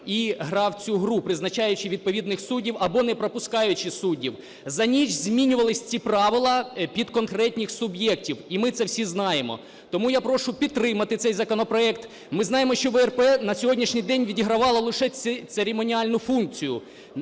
і грав в цю гру, призначаючи відповідних суддів або не пропускаючи суддів. За ніч змінювались ці правила під конкретних суб’єктів. І ми це всі знаємо. Тому я прошу підтримати цей законопроект. Ми знаємо, що ВРП на сьогоднішній день відігравала лише церемоніальну функцію.